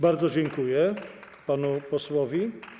Bardzo dziękuję panu posłowi.